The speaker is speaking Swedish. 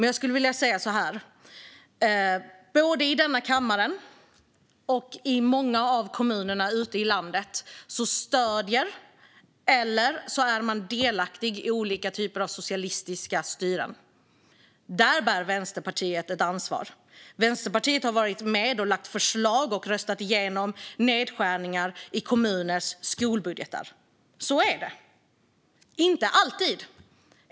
Jag skulle vilja säga så här: Både i denna kammare och i många av kommunerna ute i landet stöder Vänsterpartiet olika typer av socialistiska styren eller är delaktiga i dem. Där bär Vänsterpartiet ett ansvar. Vänsterpartiet har varit med och lagt förslag och röstat igenom nedskärningar i kommuners skolbudget. Så är det. Det är dock inte alltid så.